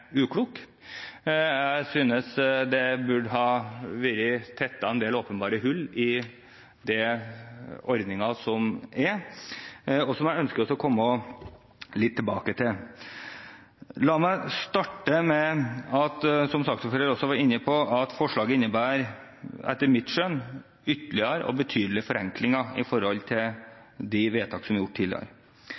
ukloke. Jeg synes det burde vært tettet en del åpenbare hull i den ordningen som er nå. Dette ønsker jeg å komme litt tilbake til. La meg starte med det saksordføreren også var inne på, at forslaget etter mitt skjønn innebærer ytterligere og betydelige forenklinger i forhold til de vedtakene som er gjort tidligere.